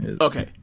Okay